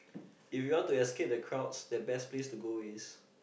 if you want to escape the crowds the best place to go is